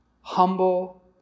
humble